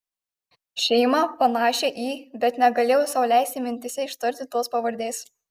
šeima panašia į bet negalėjau sau leisti mintyse ištarti tos pavardės